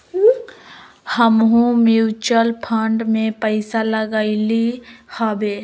हमहुँ mutual fund में पइसा लगइली हबे